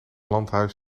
landhuis